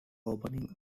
opening